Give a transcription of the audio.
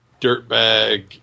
dirtbag